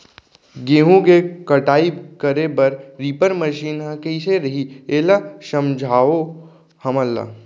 गेहूँ के कटाई करे बर रीपर मशीन ह कइसे रही, एला समझाओ हमन ल?